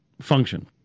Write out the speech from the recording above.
function